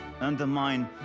undermine